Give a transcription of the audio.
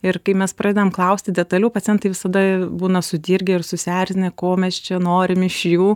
ir kai mes pradedam klausti detaliau pacientai visada būna sudirgę ir susierzinę ko mes čia norim iš jų